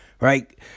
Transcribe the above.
Right